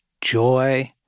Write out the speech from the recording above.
joy